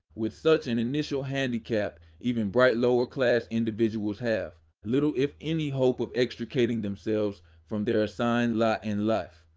with such an initial handicap, even bright lower class individuals have little if any hope of extricating themselves from their assigned lot in life.